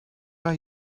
are